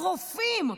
ברופאים.